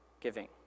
giving